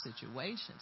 situations